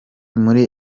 muri